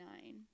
nine